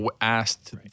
asked